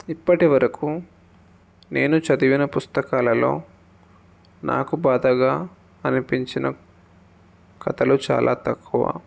ఇప్పటివరకు నేను చదివిన పుస్తకాలలో నాకు బాధగా అనిపించిన కథలు చాలా తక్కువ